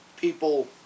people